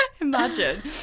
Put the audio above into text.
Imagine